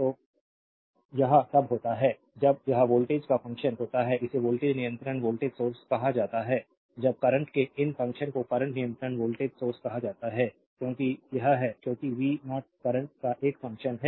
तो यह तब होता है जब यह वोल्टेज का फंक्शन होता है इसे वोल्टेज नियंत्रित वोल्टेज सोर्स कहा जाता है जब करंट के इन फंक्शन को करंट नियंत्रित वोल्टेज सोर्स कहा जाता है क्योंकि यह है क्योंकि वी 0 करंट का एक फंक्शन है